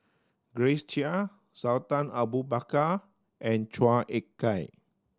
Grace Chia Sultan Abu Bakar and Chua Ek Kay